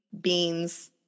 beans